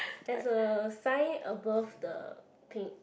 there's a sign above the pink